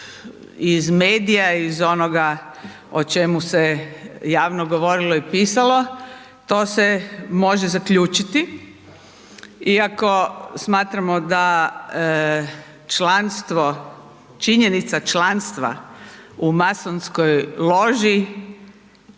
iz medija iz onoga o čemu se javno govorilo i pisalo to se može zaključiti. Iako smatramo da članstvo, činjenica članstva u masonskoj loži